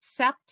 sept